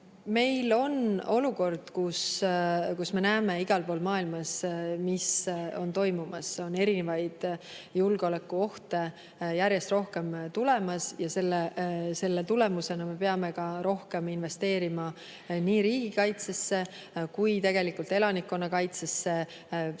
on olukord, kus me näeme igal pool maailmas, mis on toimumas. Erinevaid julgeolekuohte on järjest rohkem tulemas ja selle tulemusena me peame ka rohkem investeerima nii riigikaitsesse kui ka elanikkonnakaitsesse,